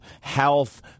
health